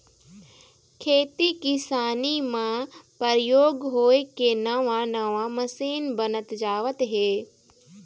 खेती किसानी म परयोग होय के नवा नवा मसीन बनत जावत हे